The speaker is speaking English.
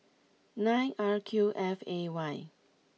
nine R Q F A Y